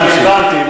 הבנתי.